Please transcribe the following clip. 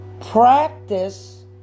practice